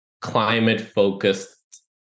climate-focused